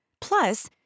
Plus